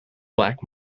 black